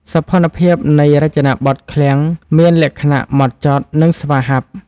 សោភ័ណភាពនៃរចនាបថឃ្លាំងមានលក្ខណៈហ្មត់ចត់ និងស្វាហាប់។